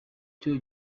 cyo